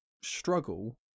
struggle